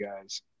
guys